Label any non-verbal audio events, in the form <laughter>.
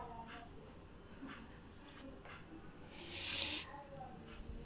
<breath>